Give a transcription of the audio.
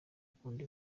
akunda